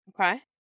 Okay